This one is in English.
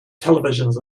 televisions